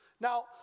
Now